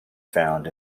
found